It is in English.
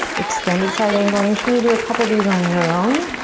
extended side angle and you're just gonna do a couple of these on your own,